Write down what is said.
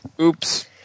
Oops